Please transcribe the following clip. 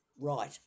Right